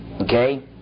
Okay